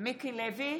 מיקי לוי,